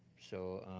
so,